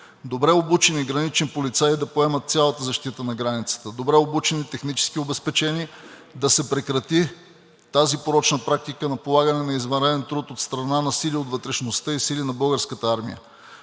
добре обучени гранични полицаи да поемат цялата защита на границата – добре обучени, технически обезпечени, да се прекрати тази порочна практика на полагане на извънреден труд от страна на сили от вътрешността и сили на Българската армия.